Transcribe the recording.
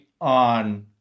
on